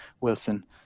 Wilson